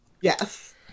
Yes